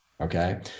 Okay